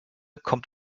kommt